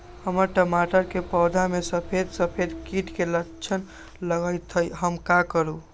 हमर टमाटर के पौधा में सफेद सफेद कीट के लक्षण लगई थई हम का करू?